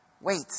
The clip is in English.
Wait